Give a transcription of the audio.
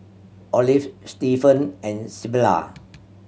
Olive Stephen and Sybilla